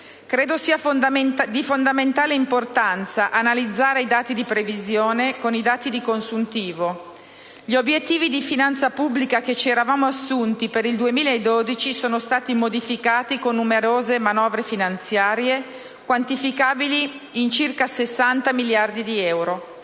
Credo sia di fondamentale importanza analizzare i dati di previsione con i dati di consuntivo. Gli obiettivi di finanza pubblica che ci eravamo assunti per il 2012 sono stati modificati con numerose manovre finanziarie, quantificabili in circa 60 miliardi di euro.